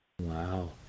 Wow